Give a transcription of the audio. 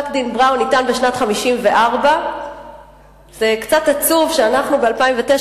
פסק-הדין בראון ניתן בשנת 1954. זה קצת עצוב שאנחנו ב-2009